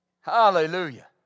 Hallelujah